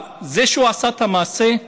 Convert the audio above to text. אבל זה שעשה את המעשה,